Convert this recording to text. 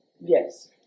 Yes